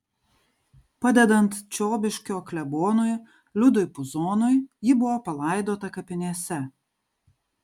padedant čiobiškio klebonui liudui puzonui ji buvo palaidota kapinėse